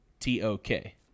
T-O-K